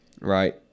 right